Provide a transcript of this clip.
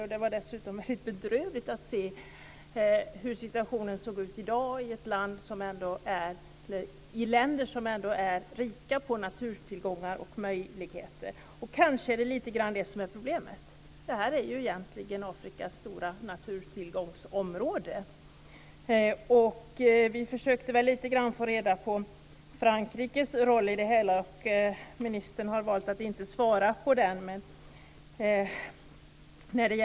Dessutom var det bedrövligt att se hur situationen i dag ser ut i länder som ändå är rika på naturtillgångar och möjligheter. Kanske är det lite grann det som är problemet. Detta är ju egentligen Afrikas stora naturtillgångsområde. Vi försökte få reda på lite om Frankrikes roll i det hela, men ministern har valt att inte svara på det.